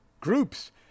groups